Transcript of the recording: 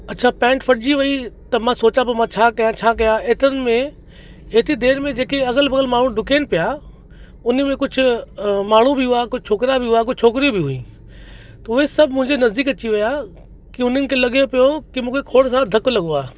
अछा पैंट फटजी वई त मां सोचां पो मां छा कयां छा कयां एतरनि में एतरी देरि में जेके अगल बगल माण्हू डुकनि पिया उन में कुझु माण्हू बि हुआ कुझु छोकिरा बि हुआ कुझु छोकरी बि हुई त उहे सभु मुंहिंजे नज़दीक अची विया की उन्हनि खे लॻे पियो की मूंखे खोड़ सारा धक लॻो आहे